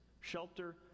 Shelter